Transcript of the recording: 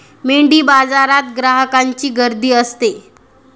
मेंढीबाजारात ग्राहकांची गर्दी असते